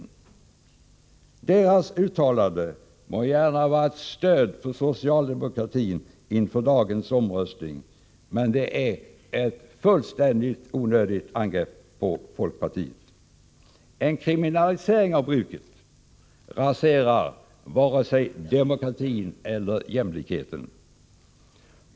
Experternas uttalanden må gärna vara ett stöd för socialdemokratin inför dagens omröstning, men de är ett fullständigt onödigt angrepp på folkpartiet. En kriminalisering av bruket av narkotika raserar varken demokratin eller jämlikheten.